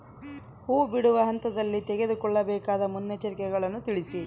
ಹೂ ಬಿಡುವ ಹಂತದಲ್ಲಿ ತೆಗೆದುಕೊಳ್ಳಬೇಕಾದ ಮುನ್ನೆಚ್ಚರಿಕೆಗಳನ್ನು ತಿಳಿಸಿ?